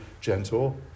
gentle